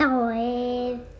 Toys